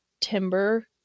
Timber